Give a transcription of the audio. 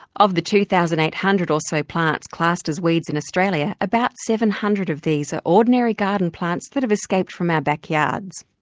of the two thousand eight hundred or so plants classed as weeds in australia, about seven hundred of these are ordinary garden plants that have escaped from our backyards.